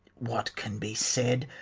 what can be said?